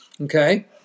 okay